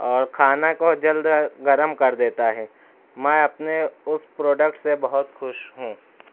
اور کھانا کو جلد گرم کر دیتا ہے میں اپنے اس پروڈکٹ سے بہت خوش ہوں